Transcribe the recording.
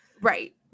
right